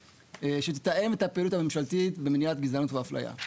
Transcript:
שתתאם את הפעילות הממשלתית במניעת גזענות והפליה.